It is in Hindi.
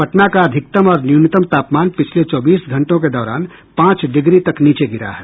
पटना का अधिकतम और न्यूनतम तापमान पिछले चौबीस घंटों के दौरान पांच डिग्री तक नीचे गिरा है